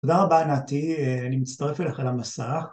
תודה רבה נתי, אני מצטרף אליך למסע